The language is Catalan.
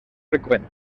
freqüent